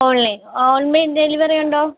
online online delivery ഉണ്ടോ